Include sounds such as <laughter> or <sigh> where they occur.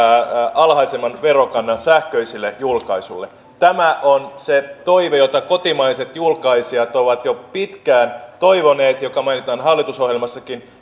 alhaisemman verokannan sähköiselle julkaisulle tämä on se toive jota kotimaiset julkaisijat ovat jo pitkään toivoneet joka mainitaan hallitusohjelmassakin <unintelligible>